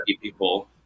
people